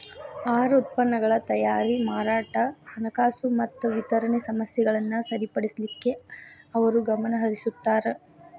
ಆಹಾರ ಉತ್ಪನ್ನಗಳ ತಯಾರಿ ಮಾರಾಟ ಹಣಕಾಸು ಮತ್ತ ವಿತರಣೆ ಸಮಸ್ಯೆಗಳನ್ನ ಸರಿಪಡಿಸಲಿಕ್ಕೆ ಅವರು ಗಮನಹರಿಸುತ್ತಾರ